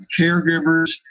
caregivers